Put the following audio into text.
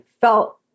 felt